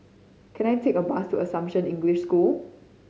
can I take a bus to Assumption English School